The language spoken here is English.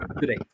today